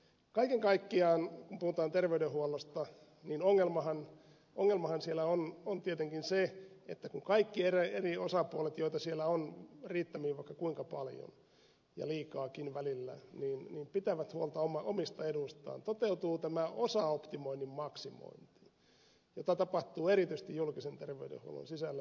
kaiken kaikkiaan kun puhutaan terveydenhuollosta niin ongelmahan siellä on tietenkin se että kun kaikki eri osapuolet joita siellä on riittämiin vaikka kuinka paljon ja liikaakin välillä pitävät huolta omista eduistaan toteutuu tämä osaoptimoinnin maksimointi jota tapahtuu erityisesti julkisen terveydenhuollon sisällä